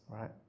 right